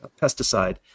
pesticide